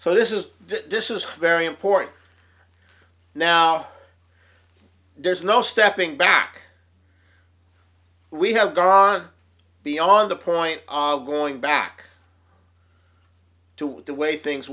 so this is this is very important now there's no stepping back we have gone beyond the point of going back to the way things